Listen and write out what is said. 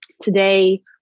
Today